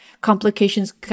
Complications